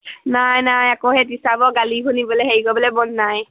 নাই নাই আকৌ সেই টিচাৰবোৰৰ গালি শুনিবলৈ হেৰি কৰিবলৈ মন নাই